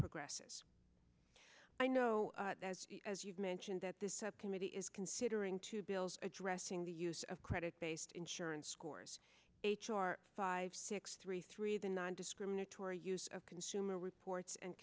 progresses i know as you've mentioned that this subcommittee is considering two bills addressing the use of credit based insurance scores h r five six three three the nondiscriminatory use of consumer reports and